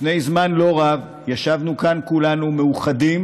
לפני זמן לא רב ישבנו כאן כולנו מאוחדים